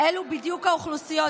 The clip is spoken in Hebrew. אלו בדיוק האוכלוסיות,